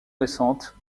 récentes